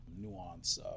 nuance